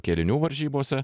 kėlinių varžybose